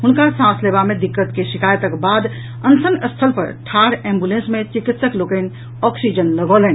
हुनका सांस लेबा मे दिक्कत के शिकायतक बाद अनशन स्थल पर ठाढ़ एम्बुलेंस मे चिकित्सक लोकनि ऑक्सीजन लगौलनि